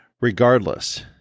Regardless